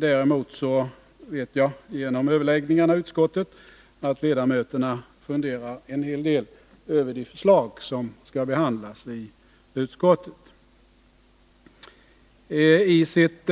Däremot vet jag genom överläggningarna i utskottet att ledamöterna funderar en hel del över de förslag som skall behandlas i utskottet. I sitt